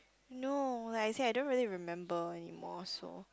no like as in I don't really remember anymore so